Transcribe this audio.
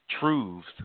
truths